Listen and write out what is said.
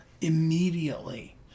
immediately